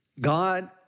God